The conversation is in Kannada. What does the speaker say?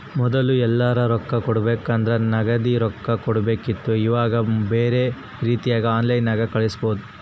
ಮೊದ್ಲು ಎಲ್ಯರಾ ರೊಕ್ಕ ಕೊಡಬೇಕಂದ್ರ ನಗದಿ ರೊಕ್ಕ ಕೊಡಬೇಕಿತ್ತು ಈವಾಗ ಬ್ಯೆರೆ ರೀತಿಗ ಆನ್ಲೈನ್ಯಾಗ ಕಳಿಸ್ಪೊದು